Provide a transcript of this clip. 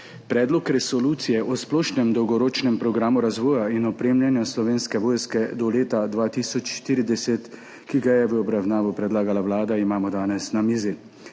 Predlog resolucije o splošnem dolgoročnem programu razvoja in opremljanja Slovenske vojske do leta 2040, ki ga je v obravnavo predlagala Vlada, imamo danes na mizi.